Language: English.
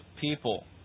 people